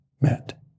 met